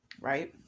right